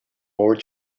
over